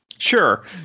Sure